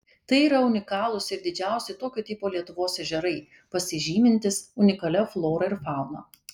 tai yra unikalūs ir didžiausi tokio tipo lietuvos ežerai pasižymintys unikalia flora ir fauna